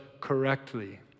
correctly